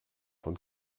von